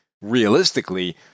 realistically